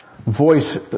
voice